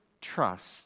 trust